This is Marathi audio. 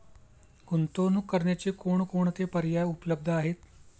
गुंतवणूक करण्याचे कोणकोणते पर्याय उपलब्ध आहेत?